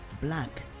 black